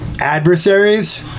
Adversaries